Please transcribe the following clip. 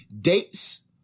dates